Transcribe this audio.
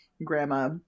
grandma